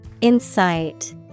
Insight